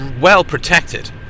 well-protected